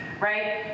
right